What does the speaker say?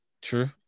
True